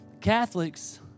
Catholics